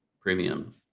premium